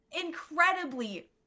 incredibly